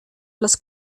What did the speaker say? los